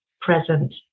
present